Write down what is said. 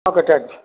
okay thanks